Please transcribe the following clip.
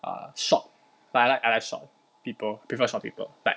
err short like I like short people prefer short people like